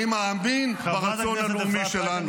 אני מאמין ברצון הלאומי שלנו.